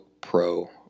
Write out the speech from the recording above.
pro